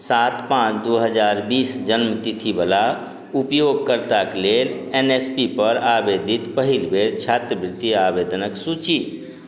सात पाँच दुइ हजार बीस जनमतिथिवला उपयोगकर्ताके लेल एन एस पी पर आवेदित पहिलबेर छात्रवृति आवेदनक सूचि